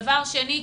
דבר שני,